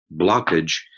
blockage